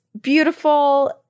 beautiful